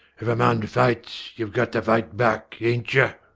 if a man fights, you're got to fight back, ain'